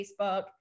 Facebook